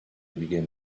begin